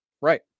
Right